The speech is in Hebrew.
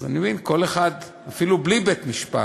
אז כל אחד, אפילו בלי בית-משפט,